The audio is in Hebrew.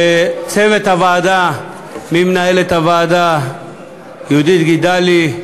לצוות הוועדה, ממנהלת הוועדה יהודית גידלי,